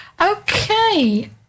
Okay